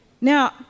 Now